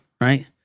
right